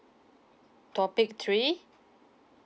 topic three